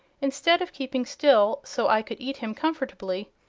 instead of keeping still, so i could eat him comfortably,